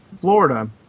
Florida